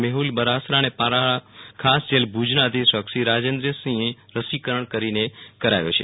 મેઠૂલ બરાસરા અને પાલારા ખાસજેલ ભુજના અધિક્ષકશ્રી રાજેન્દ્રસિંહે રસીકરણ કરીને કરાવ્યો છે